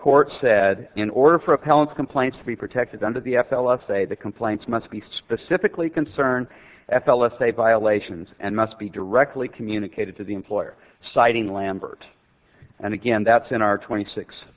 court said in order for appellant complaints to be protected under the f l of say the complaints must be specifically concern f l s a violations and must be directly communicated to the employer citing lambert and again that's in our twenty six